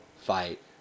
fight